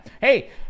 Hey